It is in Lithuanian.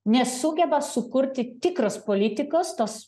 nesugeba sukurti tikros politikos tos